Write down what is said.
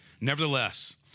Nevertheless